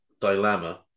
Dilemma